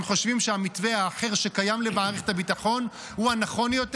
הם חושבים שהמתווה האחר שקיים למערכת הביטחון הוא הנכון יותר.